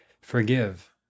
forgive